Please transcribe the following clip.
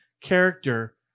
character